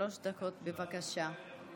שלוש דקות, בבקשה.